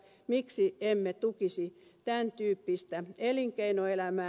miksi emme tukisi tämäntyyppistä elinkeinoelämää